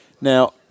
Now